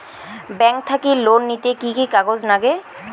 Bank থাকি loan নিতে কি কি কাগজ নাগে?